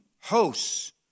hosts